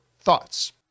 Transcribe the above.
thoughts